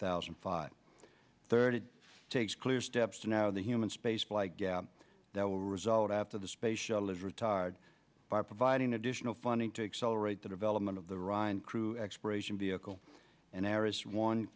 thousand and five thirty fakes clear steps to now the human spaceflight gap that will result after the space shuttle is retired by providing additional funding to accelerate the development of the rhine crew exploration vehicle and